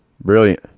brilliant